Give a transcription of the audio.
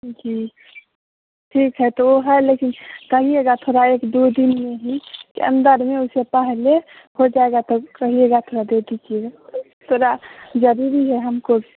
जी ठीक है तो वो है लेकिन कहिएगा थोड़ा एक दो दिन में ही के अन्दर में उससे पहले हो जाएगा तो कहिएगा थोड़ा दे दीजिएगा थोड़ा जरुरी है हमको भी